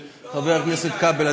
של חבר הכנסת כבל.